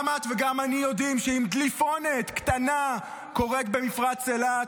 גם את וגם אני יודעים שאם דליפונת קטנה קורית במפרץ אילת,